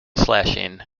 slashing